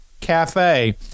cafe